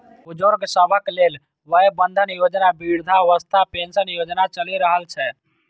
बुजुर्ग सभक लेल वय बंधन योजना, वृद्धावस्था पेंशन योजना चलि रहल छै